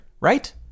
right